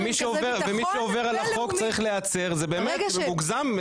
ומי שעובר על החוק צריך להיעצר, זה באמת מוגשם.